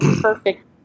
perfect